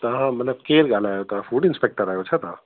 तव्हांखे मतिलब केरु ॻाल्हायो था फ़ूड इंस्पेक्टर आहियो छा तव्हां